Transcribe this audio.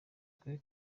ukuri